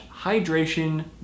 hydration